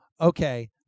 okay